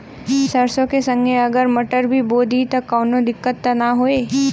सरसो के संगे अगर मटर भी बो दी त कवनो दिक्कत त ना होय?